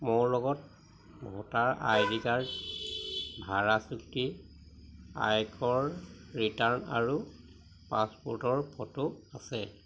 মোৰ লগত voter I D card ভাড়া চুক্তি আয়কৰ ৰিটাৰ্ণ আৰু পাছপোৰ্টৰ ফটো আছে